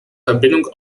verbindung